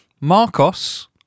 Marcos